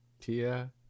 tia